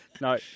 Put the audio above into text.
No